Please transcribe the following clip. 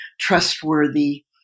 trustworthy